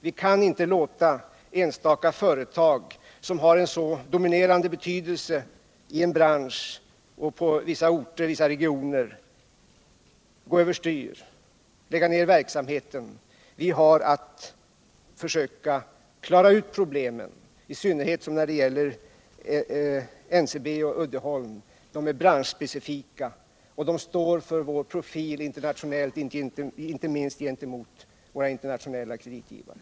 Vi kan inte låta enstaka företag, som har en så dominerande betydelse i en bransch och på vissa orter samt i vissa regioner, gå över styr och behöva lägga ner verksamheten. Vi har att försöka klara ut problemen, i synnerhet när det gäller NCB och Uddeholm. De är branschspecifika och står för vår profil internationellt, inte minst gentemot våra internationella kreditgivare.